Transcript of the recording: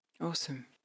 Awesome